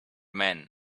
men